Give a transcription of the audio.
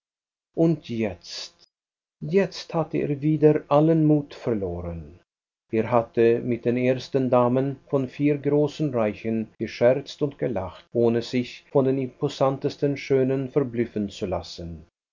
war und jetzt jetzt hatte er wieder allen mut verloren er hatte mit den ersten damen von vier großen reichen gescherzt und gelacht ohne sich von den imposantesten schönen verblüffen zu lassen